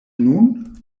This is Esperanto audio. nun